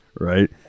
Right